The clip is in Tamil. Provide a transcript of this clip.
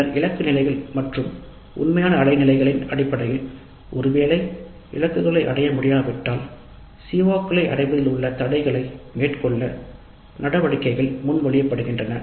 பின்னர் இலக்கு நிலைகள் மற்றும் உண்மையான அடைய நிலைகளின் அடிப்படையில் நடவடிக்கைகளை முன்மொழிய படுகின்றன